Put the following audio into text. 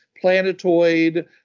planetoid